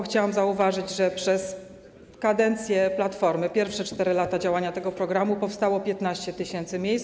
Chciałam zauważyć, że podczas kadencji Platformy, przez pierwsze 4 lata działania tego programu powstało 15 tys. miejsc.